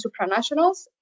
supranationals